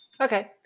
Okay